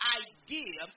idea